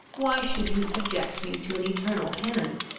why should you subject me to an eternal penance?